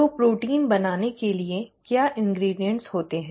तो प्रोटीन बनाने के लिए क्या सामग्री होती है